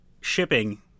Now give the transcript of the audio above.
shipping